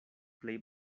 plej